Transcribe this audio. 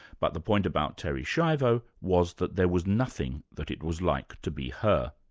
but the point about terri schiavo was that there was nothing that it was like to be her.